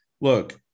look